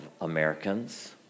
Americans